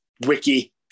wiki